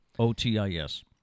O-T-I-S